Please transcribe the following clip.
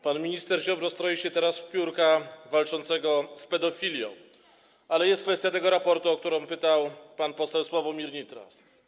Pan minister Ziobro stroi się teraz w piórka walczącego z pedofilią, ale jest kwestia tego raportu, o którą pytał pan poseł Sławomir Nitras.